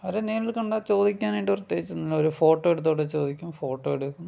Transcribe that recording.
അവരെ നേരിൽ കണ്ടാൽ ചോദിക്കാനായിട്ട് പ്രത്യേകിച്ച് ഒന്നുമില്ല ഒരു ഫോട്ടോ എടുത്തോട്ടെ ചോദിക്കും ഫോട്ടോ എടുക്കുന്നു